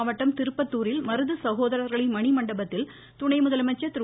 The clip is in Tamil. மாவட்டம் திருப்பத்தூரில் மருது சகோதரர்களின் மணிமண்டபத்தில் துணை முதலமைச்சர் திரு